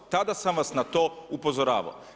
Tada sam vas na to upozoravao.